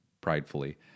pridefully